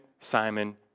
Simon